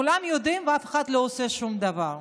כולם יודעים, ואף אחד לא עושה שום דבר,